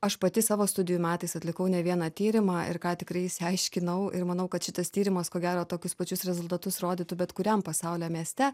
aš pati savo studijų metais atlikau ne vieną tyrimą ir ką tikrai išsiaiškinau ir manau kad šitas tyrimas ko gero tokius pačius rezultatus rodytų bet kuriam pasaulio mieste